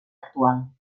actual